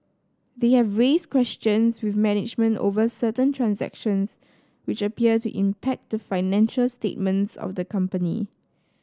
they have raised questions with management over certain transactions which appear to impact the financial statements of the company